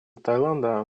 таиланда